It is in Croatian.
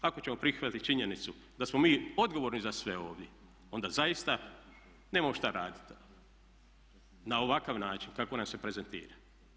Ako ćemo prihvatit činjenicu da smo mi odgovorni za sve ovdje, onda zaista nemamo šta raditi na ovakav način kako nas se prezentira.